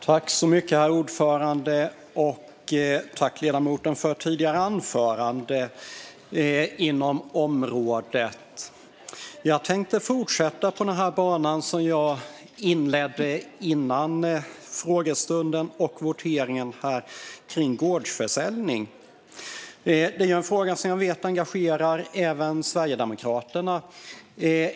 Herr talman! Jag tackar ledamoten för det tidigare anförandet. Jag tänkte fortsätta på banan jag inledde innan frågestunden och voteringen, nämligen om gårdsförsäljning. Det är en fråga som jag vet engagerar även Sverigedemokraterna.